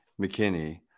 McKinney